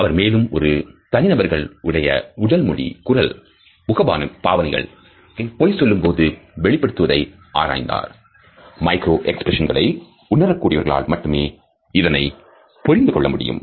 அவர் மேலும் ஒரு தனி நபர்கள் உடைய உடல் மொழி குரல் முகபாவனைகள் பொய் சொல்லும்போது வெளிப்படுத்துவதை ஆராய்ந்தார் மைக்ரோ எக்ஸ்பிரஷன்ங்களை உணரக் கூடியவர்களாக மட்டுமே இதனை புரிந்துகொள்ள முடியும்